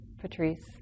Patrice